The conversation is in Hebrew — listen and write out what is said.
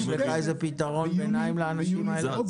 צריך להיות פתרון ביניים לאנשים האלה.